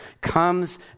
comes